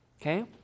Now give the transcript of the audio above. Okay